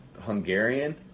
Hungarian